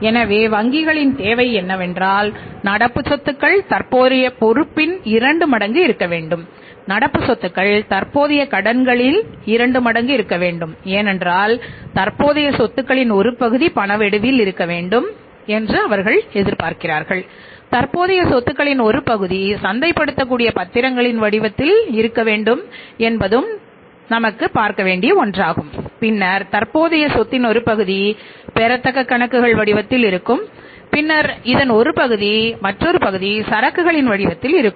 எனவே வங்கிகளின் தேவை என்னவென்றால் நடப்பு சொத்துக்கள் தற்போதைய பொறுப்பின் 2 மடங்கு இருக்க வேண்டும் நடப்பு சொத்துக்கள் தற்போதைய கடன்களின் 2 மடங்கு இருக்க வேண்டும் ஏனென்றால் தற்போதைய சொத்துகளின் ஒரு பகுதி பண வடிவில் இருக்க வேண்டும் என்று அவர்கள் பார்க்கிறார்கள் தற்போதைய சொத்துகளின் ஒரு பகுதி சந்தைப்படுத்தக்கூடிய பத்திரங்களின் வடிவத்தில் இருக்க வேண்டும் பின்னர் தற்போதைய சொத்தின் ஒரு பகுதி பெறத்தக்க கணக்குகள் வடிவத்தில் இருக்கும் பின்னர் இதன் ஒரு பகுதி சரக்குகளின் வடிவத்தில் இருக்கும்